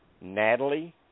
Natalie